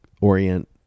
orient